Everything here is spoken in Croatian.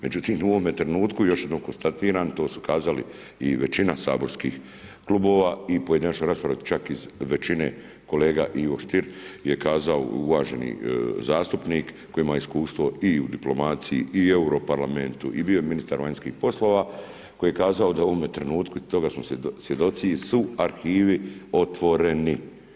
Međutim u ovome trenutku, još jednom konstatiram, to su ukazali i većina saborskih klubova i u pojedinačnim raspravama čak iz većine, kolega Ivo Stier je kazao, uvaženi zastupnik, koji ima iskustvo i u diplomaciji i u EU parlamentu i bio je ministar vanjskih poslova, koji je kazao da u ovome trenutku, i toga smo svjedoci su arhivi otvoreni.